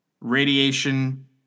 radiation